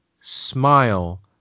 smile